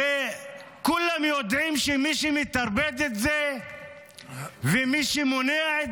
וכולם יודעים שמי שמטרפד את זה ומי שמונע את